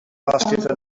lasted